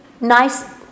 nice